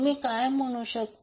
तुम्ही काय म्हणता